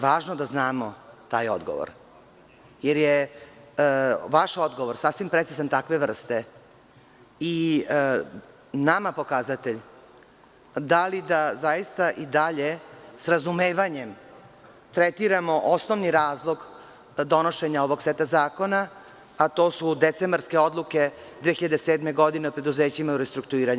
Važno je da znamo taj odgovor, jer je vaš odgovor sasvim precizan takve vrste i nama pokazatelj da li da i dalje, sa razumevanjem, tretiramo osnovni razlog donošenja ovog seta zakona, a to su decembarske odluke iz 2007. godine o preduzećima u restrukturiranju.